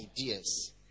ideas